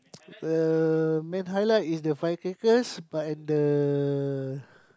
uh main highlight is the firecrackers but and the